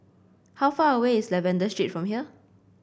how far away is Lavender Street from here